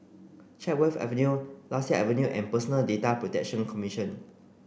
Chatsworth Avenue Lasia Avenue and Personal Data Protection Commission